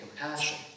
compassion